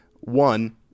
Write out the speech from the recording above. One